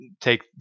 take